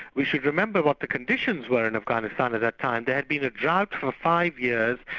we should remember what the conditions were in afghanistan at that time, there had been a drought for five years,